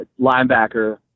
linebacker